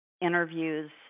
interviews